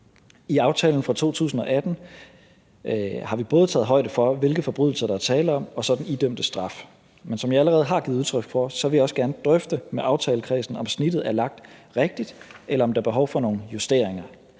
I aftalen fra 2018 har vi både taget højde for, hvilke forbrydelser der er tale om, og så den idømte straf. Men som jeg allerede har givet udtryk for, vil jeg også gerne drøfte med aftalekredsen, om snittet er lagt rigtigt, eller om der er behov for nogle justeringer.